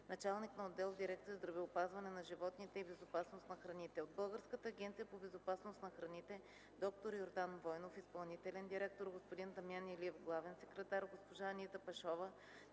началник на отдел в дирекция „Здравеопазване на животните и безопасност на храните”. От Българската агенция по безопасност на храните – д р Йордан Войнов – изпълнителен директор, господин Дамян Илиев – главен секретар, госпожа Анита Пашова